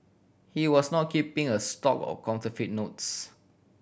he was not keeping a stock of counterfeit notes